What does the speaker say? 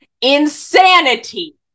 insanity